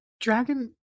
Dragon-